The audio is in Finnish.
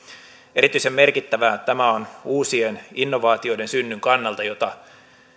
erityisen merkittävää tämä on uusien innovaatioiden synnyn kannalta jota